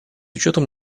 учетом